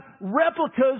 replicas